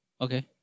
okay